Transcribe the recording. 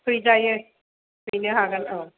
हैजायो हैनो हागोन